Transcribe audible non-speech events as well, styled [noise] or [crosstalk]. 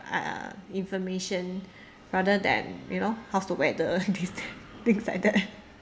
like uh information rather than you know how's the weather [laughs] these things things like that